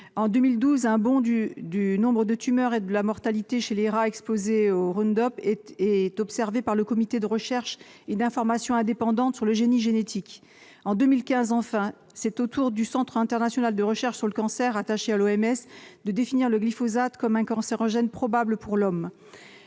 En 2012, un bond du nombre de tumeurs et de la mortalité chez les rats exposés au Roundup est observé par le Comité de recherche et d'information indépendantes sur le génie génétique. En 2015, enfin, c'est au tour du Centre international de recherche sur le cancer, rattaché à l'OMS, de définir le glyphosate comme un cancérogène probable pour l'homme.